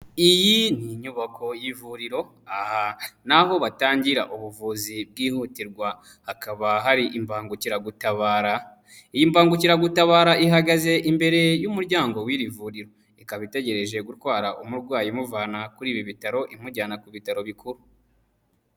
Iyi ni nyubako y'ivuriro aha naho batangira ubuvuzi bwihutirwa, hakaba hari imbangukiragutabara. Iyi mbangukiragutabara ihagaze imbere y'umuryango w'iri vuriro ikaba itegereje gutwara umurwayi imuvana kuri ibi bitaro imujyana ku bitaro bikuru.